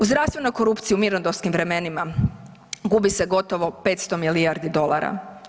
U zdravstvenoj korupciji u mirnodopskim vremenima gubi se gotovo 500 milijardi dolara.